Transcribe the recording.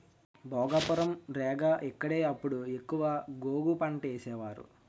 భోగాపురం, రేగ ఇక్కడే అప్పుడు ఎక్కువ గోగు పంటేసేవారు